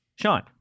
Sean